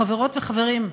חברות וחברים,